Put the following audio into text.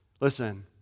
Listen